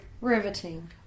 riveting